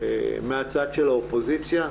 מהצד של האופוזיציה.